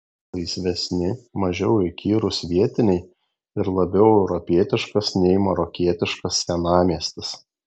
laisvesni mažiau įkyrūs vietiniai ir labiau europietiškas nei marokietiškas senamiestis